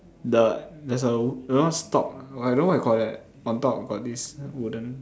the there's a you know stalk I don't know what you call that on top got this wooden